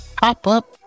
pop-up